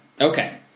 Okay